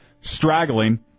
straggling